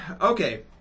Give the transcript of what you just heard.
Okay